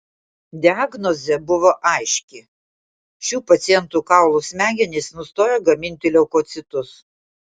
diagnozė buvo aiški šių pacientų kaulų smegenys nustojo gaminti leukocitus